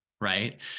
right